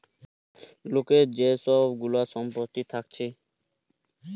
লোকের যে সব গুলা সম্পত্তি থাকছে